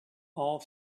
all